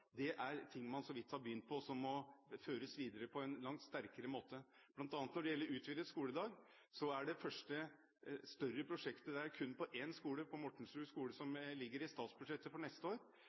er noe man så vidt har begynt på. Det må føres videre i langt sterkere grad. Når det gjelder utvidet skoledag, er det kun det første større prosjektet, på Mortensrud skole, som ligger inne i statsbudsjettet for neste år.